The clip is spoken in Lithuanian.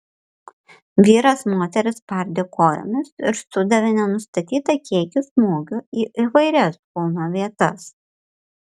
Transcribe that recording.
vyras moterį spardė kojomis ir sudavė nenustatytą kiekį smūgių į įvairias kūno vietas